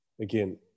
again